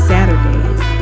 Saturdays